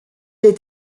est